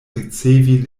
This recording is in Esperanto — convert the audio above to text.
ricevi